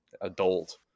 adult